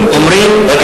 אומרים, הבנתי.